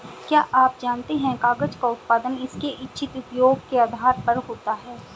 क्या आप जानते है कागज़ का उत्पादन उसके इच्छित उपयोग के आधार पर होता है?